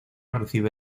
recibe